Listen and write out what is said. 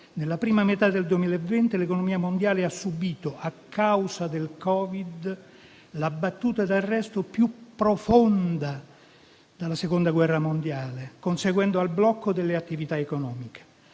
nella prima metà del 2020 l'economia mondiale ha subito, a causa del Covid, la battuta d'arresto più profonda dalla Seconda guerra mondiale, conseguente al blocco delle attività economiche.